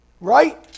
Right